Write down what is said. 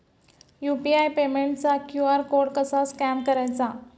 UPI पेमेंटचा QR code कसा scan करायचा?